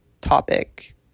topic